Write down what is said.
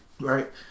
Right